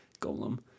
golem